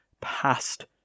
past